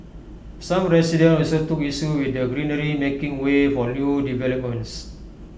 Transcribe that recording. some residents also took issue with the greenery making way for new developments